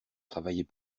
travailler